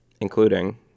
Including